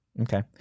Okay